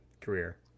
career